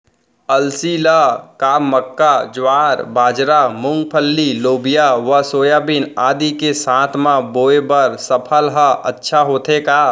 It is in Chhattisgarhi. अलसी ल का मक्का, ज्वार, बाजरा, मूंगफली, लोबिया व सोयाबीन आदि के साथ म बोये बर सफल ह अच्छा होथे का?